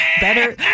Better